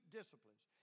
disciplines